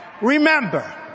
Remember